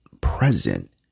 present